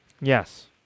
Yes